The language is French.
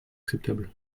acceptables